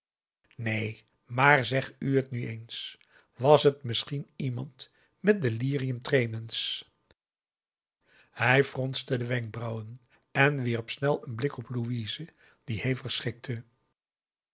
neen maar zeg u het nu eens was het misschien iemand met d e l i r i u m t r e m e n s hij fronste de wenkbrauwen en wierp snel een blik op louise die hevig schrikte